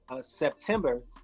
September